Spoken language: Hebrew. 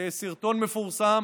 סרטון מפורסם